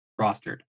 rostered